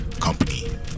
company